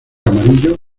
amarillo